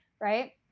Right